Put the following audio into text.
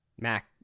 mac